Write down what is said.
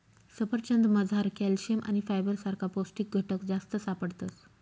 सफरचंदमझार कॅल्शियम आणि फायबर सारखा पौष्टिक घटक जास्त सापडतस